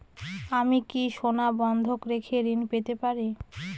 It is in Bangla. আমি কি সোনা বন্ধক রেখে ঋণ পেতে পারি?